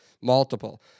multiple